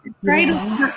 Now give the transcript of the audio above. great